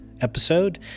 episode